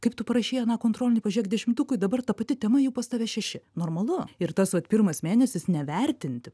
kaip tu parašei aną kontrolinį pažiūrėk dešimtukui dabar ta pati tema jau pas tave šeši normalu ir tas vat pirmas mėnesis nevertinti